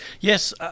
Yes